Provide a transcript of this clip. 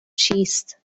چیست